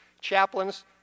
chaplains